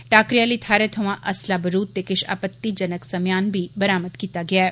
टाकरे आह्ली थाहरै थमां असला बरूद ते किश आपत्तिजनक समेयान बी बरामद कीता गेआ ऐ